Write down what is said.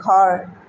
ঘৰ